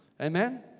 Amen